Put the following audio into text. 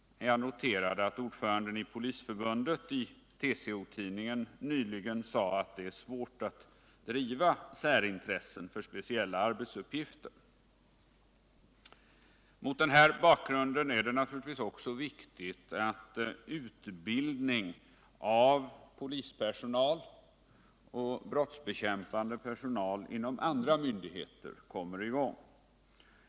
Jag har noterat att ordföranden i Polisförbundet i TCO tidningen nyligen uttalade att det är svårt att driva särintressen för speciella arbetsuppgifter. Mot den bakgrunden är det naturligtvis också viktigt att utbildning av polispersonal och brottsbekämpande personal — inom andra myndigheter - kommer i gång.